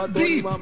deep